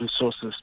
resources